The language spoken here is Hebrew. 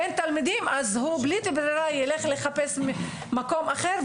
אין תלמידים אז הוא בלית ברירה ילך לחפש מקום אחר,